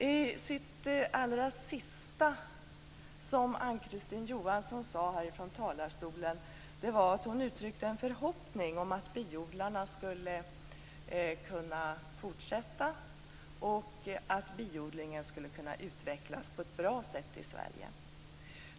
Det allra sista som Ann-Kristine Johansson uttryckte här i talarstolen var en förhoppning om att biodlarna skulle kunna fortsätta och att biodlingen skulle kunna utvecklas på ett bra sätt i Sverige.